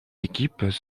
équipes